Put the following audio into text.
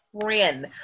friend